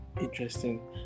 interesting